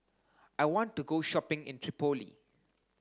I want to go shopping in Tripoli